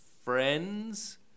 Friends